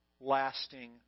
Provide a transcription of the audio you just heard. lasting